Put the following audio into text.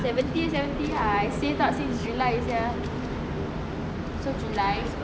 seventy seventy lah I saved up since july sia so july